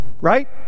Right